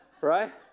Right